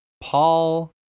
Paul